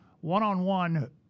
One-on-one